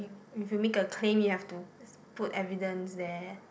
if you make a claim you have to put evidence there